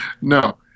No